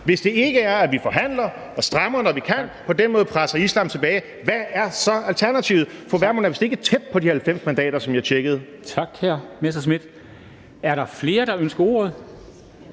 Hvis det ikke er, at vi forhandler og strammer, når vi kan, og på den måde presser islam tilbage, hvad er så alternativet? Fru Vermund var vist ikke tæt på de 90 mandater, sidst jeg tjekkede. Kl. 13:39 Formanden (Henrik